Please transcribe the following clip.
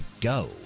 go